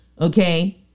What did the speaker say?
Okay